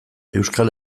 euskal